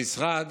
המשרד